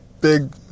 big